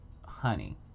honey